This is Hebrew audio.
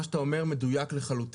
מה שאתה אומר מדויק לחלוטין,